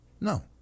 No